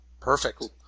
Perfect